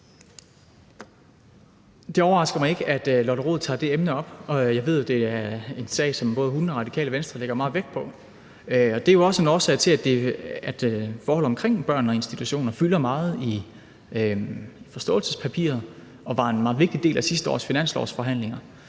Det overrasker mig ikke, at Lotte Rod tager det emne op, og jeg ved jo, det er en sag, som både hun og Radikale Venstre lægger meget vægt på. Og det er jo også en årsag til, at forhold omkring børn og institutioner fylder meget i forståelsespapiret og var en meget vigtig del af sidste års finanslovsforhandlinger